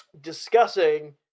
Discussing